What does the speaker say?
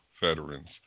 veterans